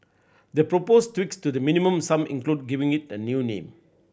the proposed tweaks to the Minimum Sum include giving it a new name